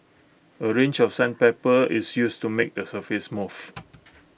A range of sandpaper is used to make the surface smooth